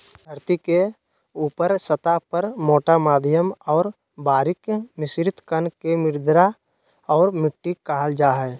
धरतीके ऊपरी सतह पर मोटा मध्यम और बारीक मिश्रित कण के मृदा और मिट्टी कहल जा हइ